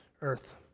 earth